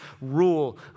rule